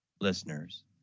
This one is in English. listeners